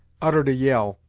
uttered a yell,